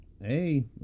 Hey